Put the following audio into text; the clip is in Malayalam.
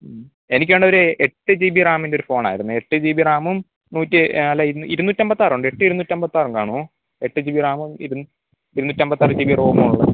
മ്മ് എനിക്കാണെ ഒരു എട്ട് ജി ബി റാമിന്റെ ഒരു ഫോണ് ആയിരുന്നെ എട്ട് ജി ബി റാമും നൂറ്റി അല്ല ഇരുന്നൂറ്റമ്പത്താറ് ഉണ്ട് എട്ട് ഇരുന്നൂറ്റമ്പത്താറ് കാണുമോ എട്ട് ജി ബി റാമും ഇരുന്നൂറ്റമ്പത്താറ് ജി ബി റോമും ഉള്ള